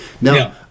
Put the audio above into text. Now